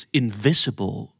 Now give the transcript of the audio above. invisible